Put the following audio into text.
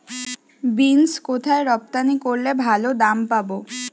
Beans কোথায় রপ্তানি করলে ভালো দাম পাব?